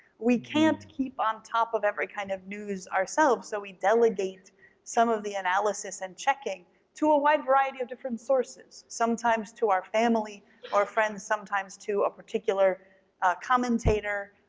we can't keep on top of every kind of news ourselves so we delegate some of the analysis and checking to a wide variety of different sources. sometimes to our family or friends, sometimes to a particular commentator,